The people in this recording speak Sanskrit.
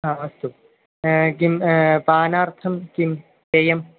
अस्तु किं पानार्थं किं पेयम्